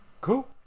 Cool